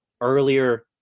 earlier